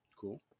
Cool